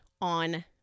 on